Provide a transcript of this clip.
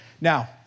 now